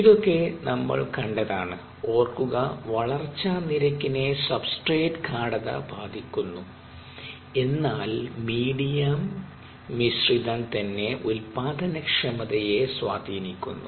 ഇതോക്കെ നമ്മൾ കണ്ടതാണ് ഓർക്കുക വളർച്ചാ നിരക്കിനെ സബ്സ്ട്രേട് ഗാഢത ബാധിക്കുന്നു എന്നാൽ മീഡിയം മിശ്രിതം തന്നെ ഉൽപാതനക്ഷ്മതയെ സ്വാദീനിക്കുന്നു